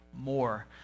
more